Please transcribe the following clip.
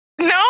No